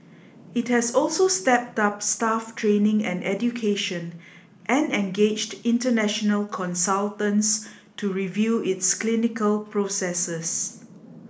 it has also stepped up staff training and education and engaged international consultants to review its clinical processes